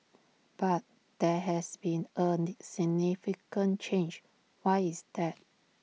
but there has been A significant change why is that